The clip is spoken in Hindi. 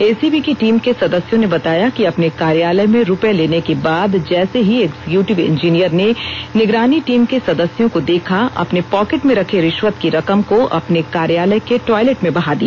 एसीबी की टीम के सदस्यों ने बताया कि अपने कार्यालय में रूपये लेने के बाद जैसे ही एग्जीक्यूटिव इंजीनियर ने निगरानी टीम के सदस्यों को देखा अपने पॉकेट में रखे रिश्वत की रकम को अपने कार्यालय के टॉयलेट बहा दिया